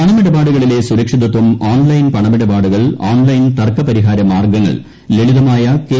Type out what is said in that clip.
പണമിടപാടുകളിലെ സുരക്ഷിതത്വം ഓൺലൈൻ പണമിടപാടുകൾ ഓൺലൈൻ തർക്കപരിഹാര മാർഗ്ഗങ്ങൾ ലളിതമായ കെ